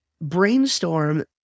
brainstorm